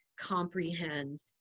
comprehend